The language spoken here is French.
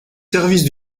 services